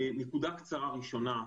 נקודה קצרה ראשונה,